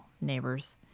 Neighbors